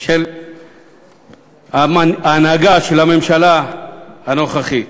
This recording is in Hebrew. של ההנהגה, של הממשלה הנוכחית.